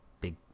big